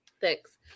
Thanks